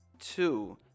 Two